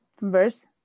verse